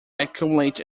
accumulate